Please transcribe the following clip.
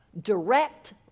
direct